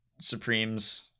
supreme's